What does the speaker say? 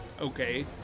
okay